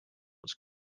was